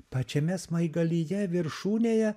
pačiame smaigalyje viršūnėje